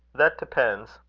that depends.